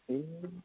ए